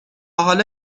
حالا